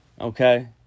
Okay